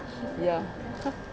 ya